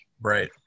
Right